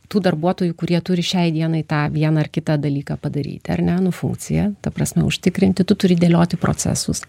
tų darbuotojų kurie turi šiai dienai tą vieną ar kitą dalyką padaryti ar ne nu funkciją ta prasme užtikrinti tu turi dėlioti procesus